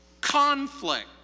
conflict